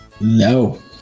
No